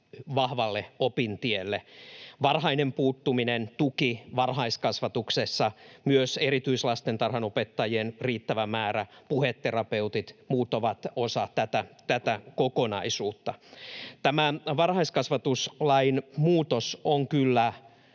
vahvalle opintielle. Varhainen puuttuminen, tuki varhaiskasvatuksessa, myös erityislastentarhanopettajien riittävä määrä, puheterapeutit ja muut ovat osa tätä kokonaisuutta. Tämä varhaiskasvatuslain muutos on kyllä